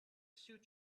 suit